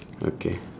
okay